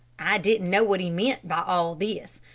i didn't know what he meant by all this,